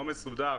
הלא מסודר,